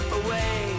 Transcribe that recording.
away